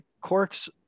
corks